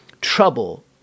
trouble